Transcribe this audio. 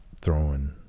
throwing